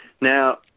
Now